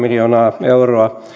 miljoonaa euroa